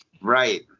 right